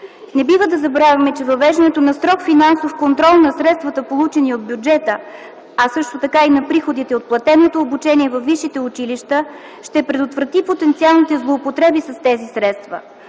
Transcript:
Не бива да забравяме, че въвеждането на строг финансов контрол на средствата, получени от бюджета, а също така и на приходите от платеното обучение във висшите училища, ще предотврати потенциалните злоупотреби с тези средства.